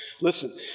Listen